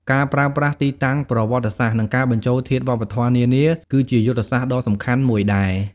ការប្រើប្រាស់ទីតាំងប្រវត្តិសាស្ត្រ និងការបញ្ចូលធាតុវប្បធម៌នានា គឺជាយុទ្ធសាស្ត្រដ៏សំខាន់មួយដែរ។